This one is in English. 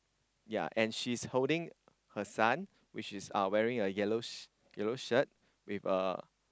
ya and she is holding her son which is uh wearing a yellow sh~ yellow shirt with a